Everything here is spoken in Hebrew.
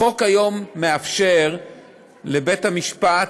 החוק היום מאפשר לבית-המשפט